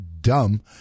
dumb